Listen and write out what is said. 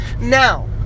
Now